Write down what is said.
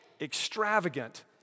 extravagant